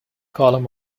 column